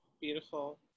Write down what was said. beautiful